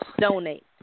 donate